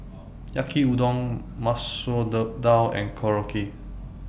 Yaki Udon Masoor Dal and Korokke